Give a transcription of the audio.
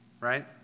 right